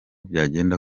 byagenda